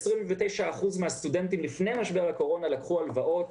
29% מן הסטודנטים לפני משבר הקורונה לקחו הלוואות.